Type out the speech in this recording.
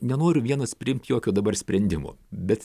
nenoriu vienas priimt jokio dabar sprendimo bet